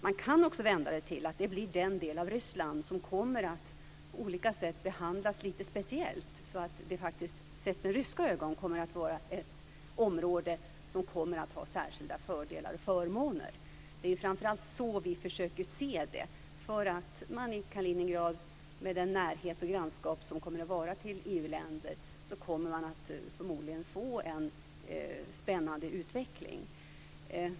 Man kan också vända det till att det blir den del av Ryssland som på olika sätt kommer att behandlas lite speciellt, så att det faktiskt, sett med ryska ögon, kommer att vara ett område som kommer att ha särskilda fördelar och förmåner. Det är framför allt så vi försöker att se det. Med den närhet till och grannskap med EU-länder som Kaliningrad kommer att ha kommer man förmodligen att få en spännande utveckling.